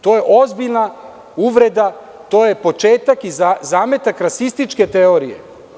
To je ozbiljna uvreda, to je početak i zametak rasističke teorije.